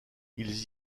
ils